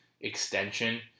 extension